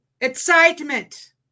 excitement